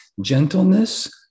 gentleness